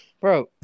Bro